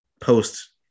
Post